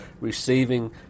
receiving